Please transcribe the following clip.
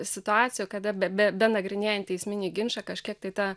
situacijų kada be benagrinėjant teisminį ginčą kažkiek tai ta